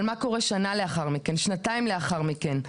אבל מה קורה שנה-שנתיים לאחר מכן?